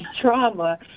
trauma